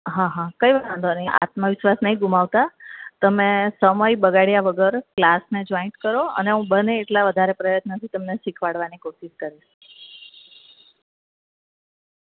હં હં કંઈ વાંધો નહીં આત્મવિશ્વાસ નહીં ગુમાવતા તમે સમય બગાડ્યા વગર કલાસને જોઈન્ટ કરો અને હું બને એટલા પ્રયત્નથી તમને શીખવાડવાની કોશિશ કરીશ